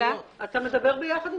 אבל יחד עם